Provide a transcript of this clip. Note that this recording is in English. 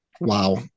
Wow